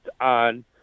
on